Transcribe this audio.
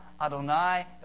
Adonai